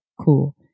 Cool